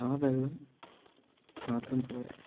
ആ വെള്ളം മാത്രം പോര